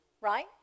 right